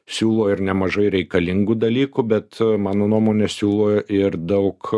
siūlo ir nemažai reikalingų dalykų bet mano nuomone siūlo ir daug